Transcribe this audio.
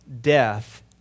Death